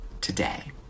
today